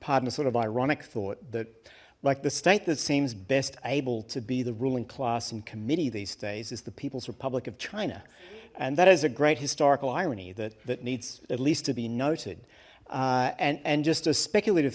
pardon the sort of ironic thought that like the state that seems best able to be the ruling class in committee these days is the people's republic of china and that is a great historical irony that that needs at least to be noted and and just a speculat